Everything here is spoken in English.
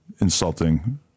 insulting